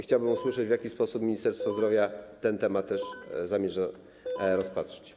Chciałbym usłyszeć, w jaki sposób Ministerstwo Zdrowia tę sprawę też zamierza rozpatrzeć.